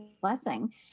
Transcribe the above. blessing